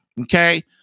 Okay